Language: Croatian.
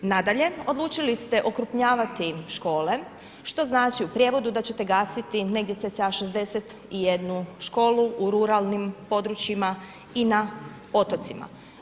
Nadalje odlučili ste okrupnjavati škole, što znači u prijevodu da ćete gasiti, negdje cca 61 školu, u ruralnim područjima i na otocima.